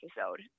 episode